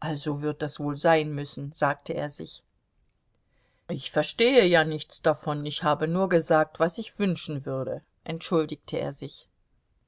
also wird das wohl so sein müssen sagte er sich ich verstehe ja nichts davon ich habe nur gesagt was ich wünschen würde entschuldigte er sich